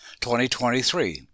2023